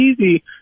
easy